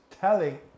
telling